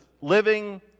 living